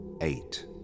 Eight